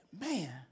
man